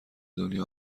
دنیا